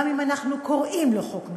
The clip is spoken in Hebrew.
גם אם אנחנו קוראים לו חוק נורבגי.